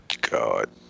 god